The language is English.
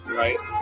right